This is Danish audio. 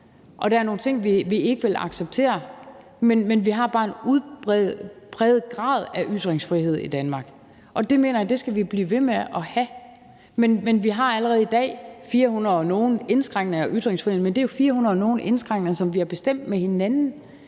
og der er nogle ting, vi ikke vil acceptere. Men vi har bare en udbredt grad af ytringsfrihed i Danmark, og det mener jeg vi skal blive ved med at have. Vi har allerede i dag fire hundrede og nogle indskrænkninger af ytringsfriheden, og det er jo fire hundrede og nogle indskrænkninger, som vi har bestemt med hinanden.